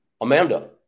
Amanda